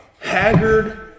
haggard